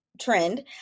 trend